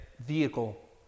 vehicle